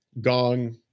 Gong